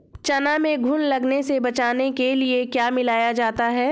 चना में घुन लगने से बचाने के लिए क्या मिलाया जाता है?